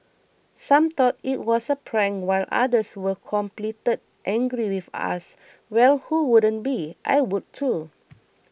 some thought it was a prank while others were completed angry with us well who wouldn't be I would too